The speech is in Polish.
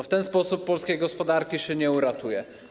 W ten sposób polskiej gospodarki się nie uratuje.